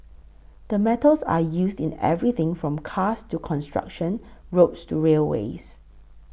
the metals are used in everything from cars to construction roads to railways